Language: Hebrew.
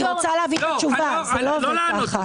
אני רוצה להבין את התשובה, זה לא עובד ככה.